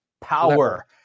Power